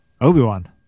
Obi-Wan